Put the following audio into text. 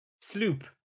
Sloop